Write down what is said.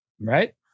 Right